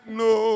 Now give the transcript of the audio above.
no